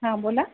हा बोला